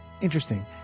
Interesting